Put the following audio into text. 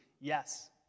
Yes